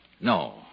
No